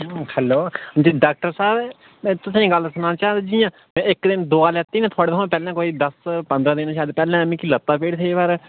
hello ji doctor साहब तुसेंगी गल्ल सनाचै जियां इक दिन दवा लैती ना थुआड़े कोला पैह्लें कोई दस पंदरा दिन पैह्ले मिकी लत्तै पीड़ ही पर